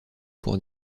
pour